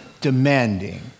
demanding